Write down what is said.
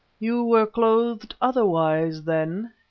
you were clothed otherwise then,